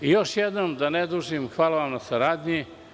Još jednom, da ne dužim, hvala vam na saradnji.